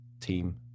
team